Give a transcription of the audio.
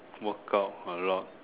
workout a lot